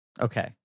okay